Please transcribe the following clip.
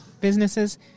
businesses